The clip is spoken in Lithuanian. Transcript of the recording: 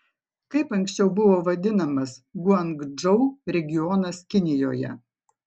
kaip anksčiau buvo vadinamas guangdžou regionas kinijoje